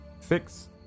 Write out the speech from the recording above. fix